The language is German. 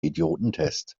idiotentest